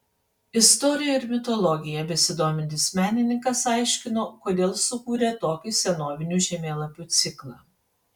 istorija ir mitologija besidomintis menininkas aiškino kodėl sukūrė tokį senovinių žemėlapių ciklą